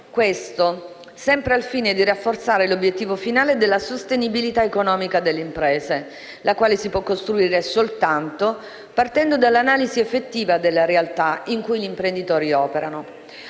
sempre al fine di rafforzare l'obiettivo finale della sostenibilità economica delle imprese, che si può costruire soltanto partendo dall'analisi effettiva della realtà in cui gli imprenditori operano.